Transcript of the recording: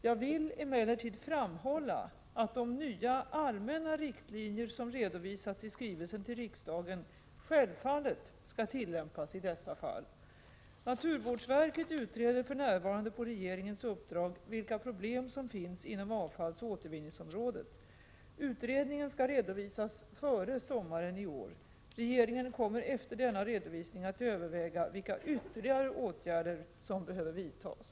Jag vill emellertid framhålla att de nya allmänna riktlinjer som redovisats i skrivelsen till riksdagen självfallet skall tillämpas i detta fall. Naturvårdsverket utreder för närvarande på regeringens uppdrag vilka problem som finns inom avfallsoch återvinningsområdet. Utredningen skall redovisas före sommaren i år. Regeringen kommer efter denna redovisning att överväga vilka ytterligare åtgärder som behöver vidtas.